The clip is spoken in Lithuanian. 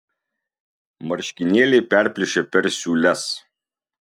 marškinėliai perplyšę per siūles